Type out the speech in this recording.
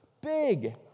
Big